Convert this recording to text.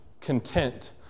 content